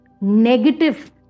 negative